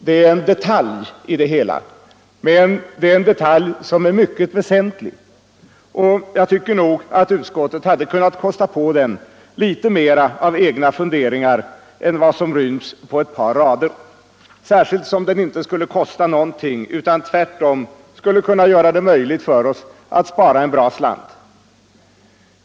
Det är en detalj i det hela, men det är en mycket väsentlig detalj. Jag anser att utskottet borde ha kunnat kosta på den litet mer av egna funderingar än vad som ryms på ett par rader, särskilt som ett bifall till det aktuella motionsförslaget inte skulle kosta någonting utan tvärtom skulle göra det möjligt för oss att spara en bra slant.